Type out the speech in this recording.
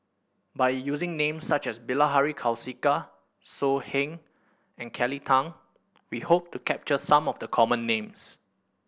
by using names such as Bilahari Kausikan So Heng and Kelly Tang we hope to capture some of the common names